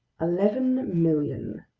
eleven million,